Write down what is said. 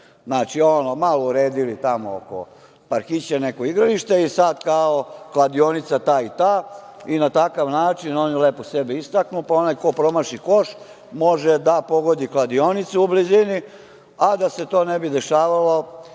Znači, malo uredili tamo oko parkića neko igralište i sada kao kladionica ta i ta i na takav način oni lepo sebe istaknu, pa onaj ko promaši koš može da pogodi kladionicu u blizini, a da se to ne bi dešavalo,